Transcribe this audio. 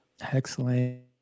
Excellent